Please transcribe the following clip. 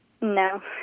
No